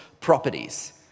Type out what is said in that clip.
properties